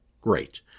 Great